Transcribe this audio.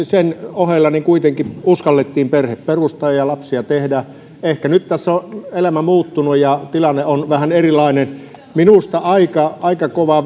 sen ohella kuitenkin uskallettiin perhe perustaa ja lapsia tehdä ehkä nyt tässä on elämä muuttunut ja tilanne on vähän erilainen minusta on aika kova